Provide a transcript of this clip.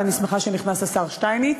ואני שמחה שנכנס השר שטייניץ,